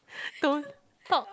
don't talk